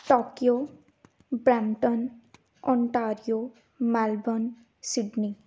Tokyo Brampton Ontario Melbourne Sydney